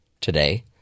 today